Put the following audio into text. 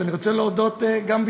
אז אני רוצה להודות גם,